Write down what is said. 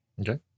Okay